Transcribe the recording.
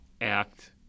act